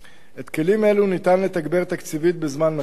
את הכלים האלו ניתן לתגבר תקציבית בזמן משבר,